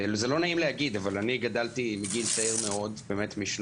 לא נעים להגיד אבל אני גדלתי בגיל צעיר מאוד משנות